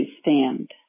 stand